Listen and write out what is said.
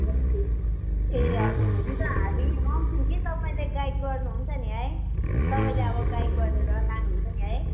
ए हजुर हुन्छ हामी आउँछौँ कि तपाईँले गाइड गर्नु हुन्छ नि है तपाईँले अब गाइड गरेर लानु हुन्छ नि है